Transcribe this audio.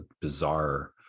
bizarre